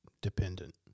dependent